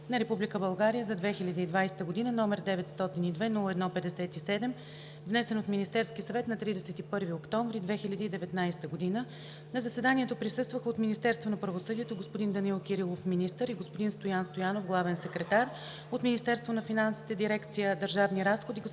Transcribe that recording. на Република България за 2020 г., № 902-01-57, внесен от Министерския съвет на 31 октомври 2019 г. На заседанието присъстваха: от Министерството на правосъдието – господин Данаил Кирилов – министър, и господин Стоян Стоянов – главен секретар; от Министерството на финансите, дирекция „Държавни разходи“